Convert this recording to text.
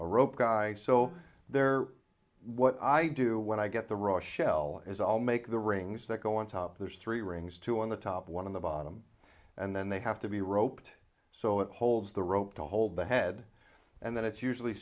a rope guy so there what i do when i get the rochelle is all make the rings that go on top there's three rings two on the top one in the bottom and then they have to be roped so it holds the rope to hold the head and then it's usually